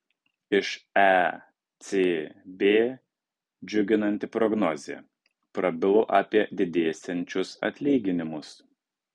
iš ecb džiuginanti prognozė prabilo apie didėsiančius atlyginimus